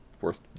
worth